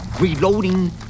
reloading